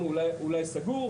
25 אחוז כל הגננות הצעירות,